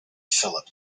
phillip